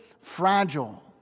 fragile